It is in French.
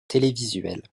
télévisuelles